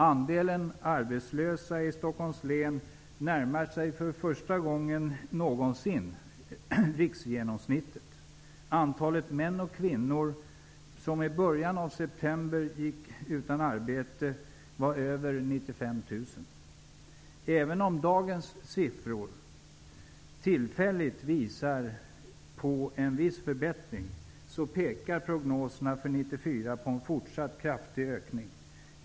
Andelen arbetslösa i Stockholms län närmar sig för första gången någonsin riksgenomsnittet. Antalet män och kvinnor som i början av september gick utan arbete var över 95 000. Även om dagens siffror tillfälligt visar på en viss förbättring pekar prognoserna för 1994 på en fortsatt kraftig ökning.